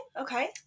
okay